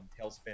Tailspin